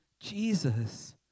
Jesus